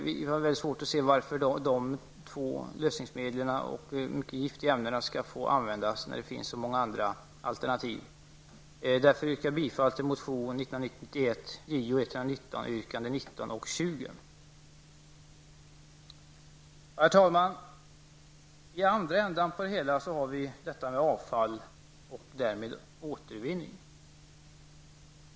Vi har svårt att se varför dessa två mycket gifta lösningsämnen skall få användas när det finns så många andra alternativ. Därför yrkar jag bifall till motion 1990/91:Jo119, yrkandena 19 och 20. Herr talman! I andra änden på det hela har vi detta med avfall och därmed återvinning.